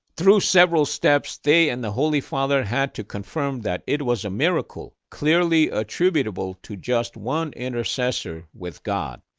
through several steps, they and the holy father had to confirm that it was a miracle clearly attributable to just one intercessor with god,